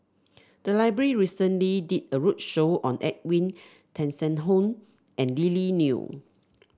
the library recently did a roadshow on Edwin Tessensohn and Lily Neo